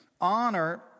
Honor